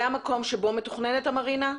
זה המקום בו מתוכננת המרינה?